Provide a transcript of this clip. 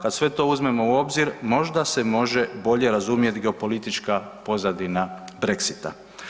Kad sve to uzmemo u obzir možda se može bolje razumjeti geopolitička pozadina Brexita.